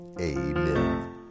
Amen